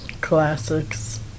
classics